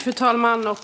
Fru talman! Jag